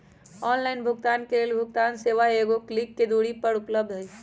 online भुगतान के लेल भुगतान सेवा एगो क्लिक के दूरी पर उपलब्ध हइ